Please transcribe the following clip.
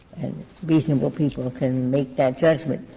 and reasonable people can make that judgment.